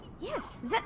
Yes